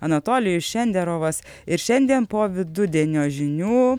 anatolijus šenderovas ir šiandien po vidudienio žinių